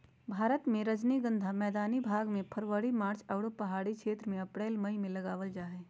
भारत मे रजनीगंधा मैदानी भाग मे फरवरी मार्च आरो पहाड़ी क्षेत्र मे अप्रैल मई मे लगावल जा हय